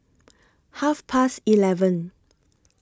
Half Past eleven